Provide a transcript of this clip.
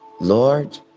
Lord